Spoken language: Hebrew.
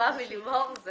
את